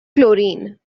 chlorine